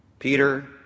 Peter